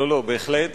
בהחלט.